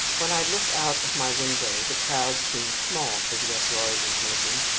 when i look out of my window, the crowd seems small for the uproar it is making.